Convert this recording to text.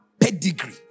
pedigree